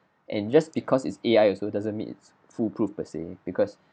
and just because it's A_I also doesn't mean it's foolproof per se because